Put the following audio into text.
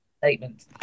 statement